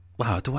wow